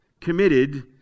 committed